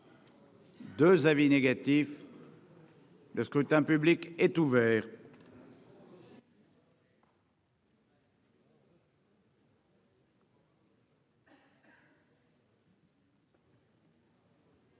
2 avis négatifs. Le scrutin public est ouvert.